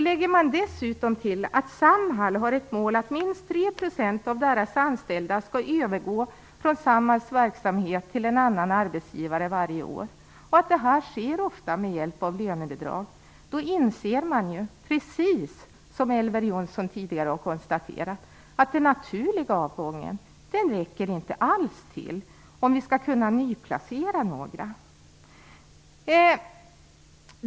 Lägger man dessutom till att Samhall har som mål att minst 3 % av deras anställda skall övergå från Samhalls verksamhet till annan arbetsgivare varje år, och att detta ofta sker med hjälp av lönebidrag, inser man, precis som Elver Jonsson tidigare har konstaterat, att den naturliga avgången inte alls räcker till om vi skall kunna nyplacera några.